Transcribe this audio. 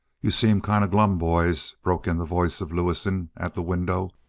you seem kind of glum, boys! broke in the voice of lewison at the window.